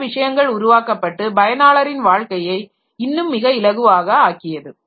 அந்த விஷயங்கள் உருவாக்கப்பட்டு பயனாளரின் வாழ்க்கையை இன்னும் மிக இலகுவாக ஆக்கியது